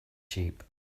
sheep